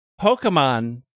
Pokemon